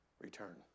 return